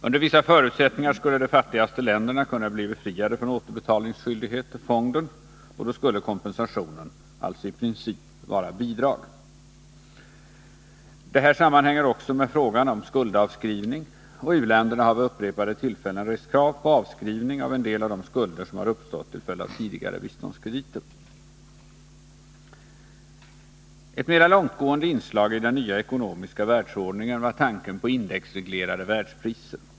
Under vissa förutsättningar skulle dock de fattigaste länderna kunna bli befriade från återbetalningsskyldighet till fonden, och då skulle kompensationen alltså i princip vara bidrag. Det här sammanhänger med frågan om skuldavskrivningen, och u-länderna har vid upprepade tillfällen rest krav på avskrivning av en del av de skulder som har uppstått till följd av tidigare biståndskrediter. Ett mera långtgående inslag i den nya ekonomiska världsordningen var tanken på indexreglerade världspriser.